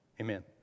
Amen